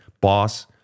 boss